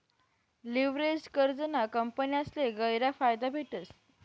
leveraged कर्जना कंपन्यासले गयरा फायदा भेटस